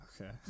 Okay